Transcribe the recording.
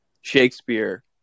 Shakespeare